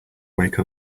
wake